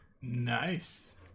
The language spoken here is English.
nice